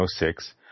1906